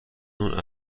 اون